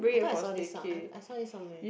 I thought I saw this song I I saw this somewhere